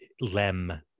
Lem